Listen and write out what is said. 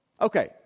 Okay